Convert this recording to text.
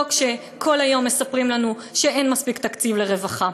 לא כשכל היום מספרים לנו שאין מספיק תקציב לרווחה,